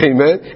Amen